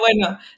bueno